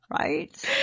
right